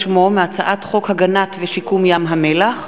שמו מהצעת חוק הגנת ושיקום ים-המלח,